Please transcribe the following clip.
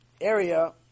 area